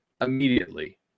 immediately